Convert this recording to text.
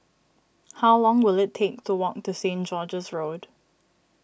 how long will it take to walk to Stain George's Road